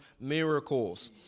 miracles